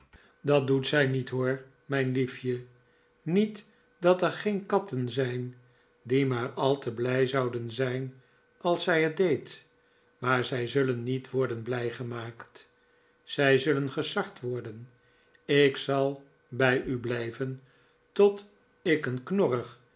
dat doet zij niet hoor mijn liefje niet dat er geen katten zijn die maar al te blij zouden zijn als zij het deed maar zij zullen niet worden blij gemaakt zij zullen gesard worden ik zal bij u blijven tot ik een knorrig